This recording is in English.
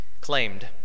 claimed